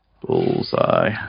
Bullseye